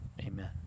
amen